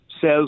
says